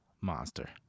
Monster